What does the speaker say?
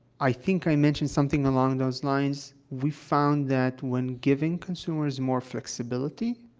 i think i mentioned something along those lines. we found that when giving consumers more flexibility,